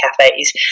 cafes